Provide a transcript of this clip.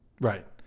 Right